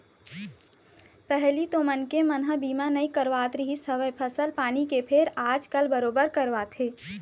पहिली तो मनखे मन ह बीमा नइ करवात रिहिस हवय फसल पानी के फेर आजकल बरोबर करवाथे